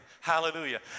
Hallelujah